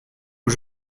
aux